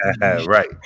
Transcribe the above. Right